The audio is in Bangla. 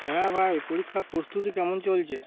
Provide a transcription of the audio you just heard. হ্যাঁ ভাই পরীক্ষার প্রস্তুতি কেমন চলছে